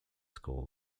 school